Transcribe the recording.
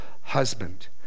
husband